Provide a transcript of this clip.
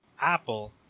Apple